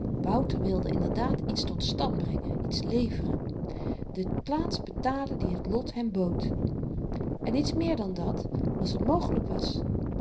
wouter wilde inderdaad iets tot stand brengen iets leveren de plaats betalen die het lot hem bood en iets meer dan dat als t mogelyk was